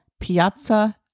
piazza